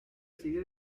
sigue